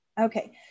okay